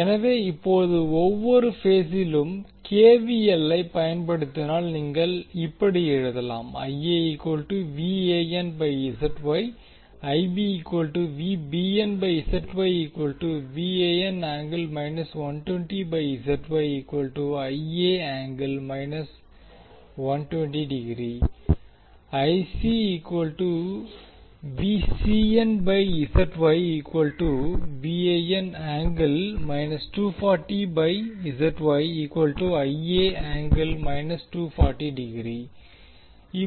எனவே இப்போது ஒவ்வொரு பேஸிலும் கேவிஎல் லை பயன்படுத்தினால் நீங்கள் இப்படி எழுதலாம்